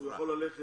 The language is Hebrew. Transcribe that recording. לא.